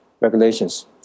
regulations